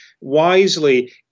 wisely